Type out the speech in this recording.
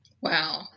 Wow